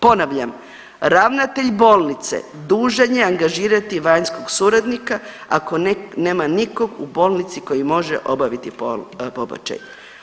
Ponavljam, ravnatelj bolnice dužan je angažirati vanjskog suradnika ako nema nikog u bolnici koji može obaviti pobačaj.